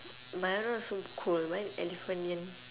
my one also cool mine elephanion